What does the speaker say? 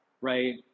right